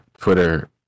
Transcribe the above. twitter